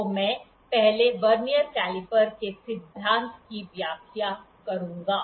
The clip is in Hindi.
तो मैं पहले वर्नियर कैलिपर के सिद्धांत की व्याख्या करूंगा